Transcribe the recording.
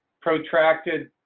protracted